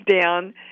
down